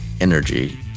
Energy